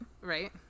Right